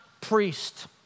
priest